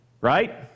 Right